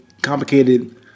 complicated